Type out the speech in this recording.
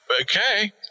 okay